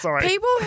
people